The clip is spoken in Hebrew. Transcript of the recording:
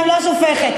לא שופכת,